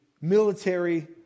military